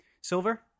silver